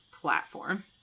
platform